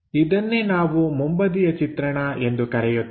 ಇದನ್ನೇ ನಾವು ಮುಂಬದಿಯ ಚಿತ್ರಣ ಎಂದು ಕರೆಯುತ್ತೇವೆ